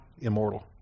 immortal